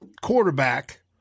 quarterback